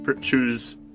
choose